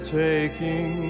taking